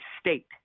state